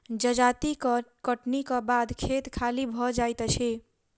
जजाति कटनीक बाद खेत खाली भ जाइत अछि